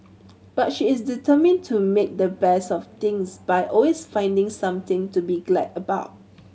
but she is determined to make the best of things by always finding something to be glad about